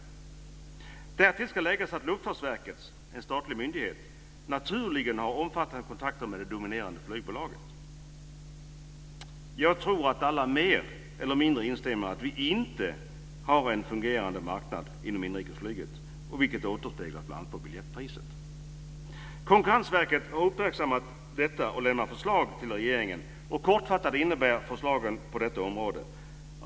Därtill ska läggas att Luftfartsverket, en statlig myndighet, naturligen har omfattande kontakter med det dominerande flygbolaget. Jag tror att alla mer eller mindre instämmer i att vi inte har en fungerande marknad inom inrikesflyget, vilket återspeglas bl.a. på biljettpriset. Konkurrensverket har uppmärksammat detta och lämnat förslag till regeringen. Kortfattat innebär förslagen på detta område: ?